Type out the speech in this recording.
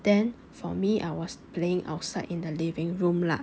then for me I was playing outside in the living room lah